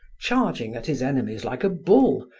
charging at his enemies like a bull,